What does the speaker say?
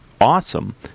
awesome